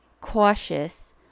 cautious